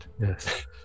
Yes